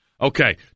Okay